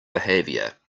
behavior